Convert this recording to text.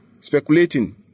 speculating